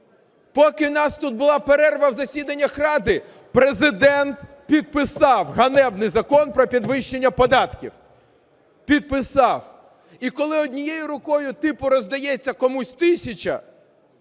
Поки у нас тут була перерва в засіданнях Ради, Президент підписав ганебний Закон про підвищення податків, підписав. І коли однією рукою типу роздається комусь тисяча,